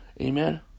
Amen